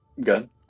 good